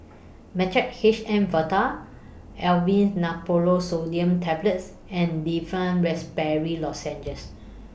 Mixtard H M valtal Aleve Naproxen Sodium Tablets and Difflam Raspberry Lozenges